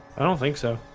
i don't think so.